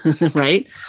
Right